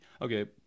Okay